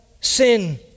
sin